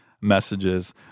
messages